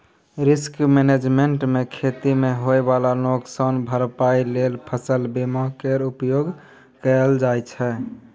risk management मे खेती मे होइ बला नोकसानक भरपाइ लेल फसल बीमा केर उपयोग कएल जाइ छै